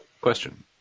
question